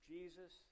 Jesus